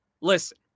Listen